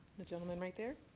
the gentleman right there?